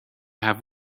have